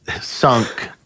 sunk